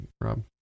Rob